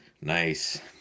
Nice